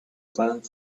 planet